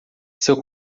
seu